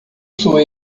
sua